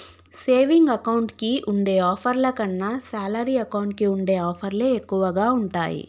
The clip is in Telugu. సేవింగ్ అకౌంట్ కి ఉండే ఆఫర్ల కన్నా శాలరీ అకౌంట్ కి ఉండే ఆఫర్లే ఎక్కువగా ఉంటాయి